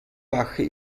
wache